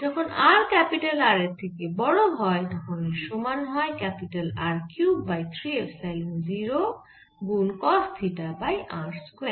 যখন r capital R এর থেকে বড় হয় তখন এর সমান হয় R কিউব বাই 3 এপসাইলন 0 গুন cos theta by r square